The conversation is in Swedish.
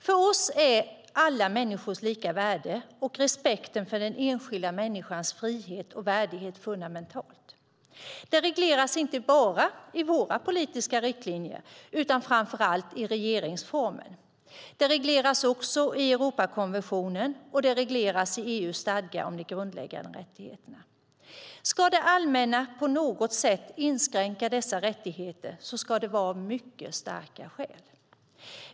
För oss är alla människors lika värde och respekten för den enskilda människans frihet och värdighet fundamentalt. Det regleras inte bara i våra politiska riktlinjer utan framför allt i regeringsformen. Det regleras också i Europakonventionen och i EU:s stadga om de grundläggande rättigheterna. Ska det allmänna på något sätt inskränka dessa rättigheter ska det vara av mycket starka skäl.